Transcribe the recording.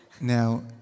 Now